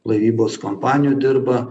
laivybos kompanijų dirba